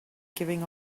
giving